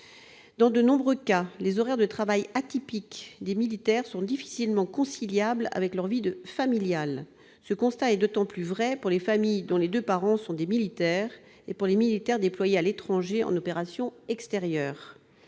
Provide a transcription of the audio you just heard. Dans de nombreux cas, les horaires de travail atypiques des militaires sont difficilement conciliables avec leur vie familiale. Ce constat est d'autant plus vrai pour les familles dont les deux parents sont des militaires et pour les militaires déployés à l'étranger, en opération extérieure.